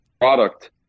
product